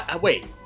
Wait